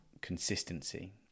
consistency